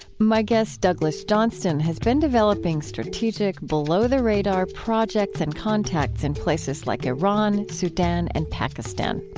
my guest, douglas johnston, has been developing strategic, below-the-radar projects and contacts in places like iran, sudan, and pakistan.